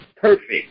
Perfect